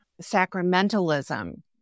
Sacramentalism